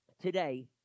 today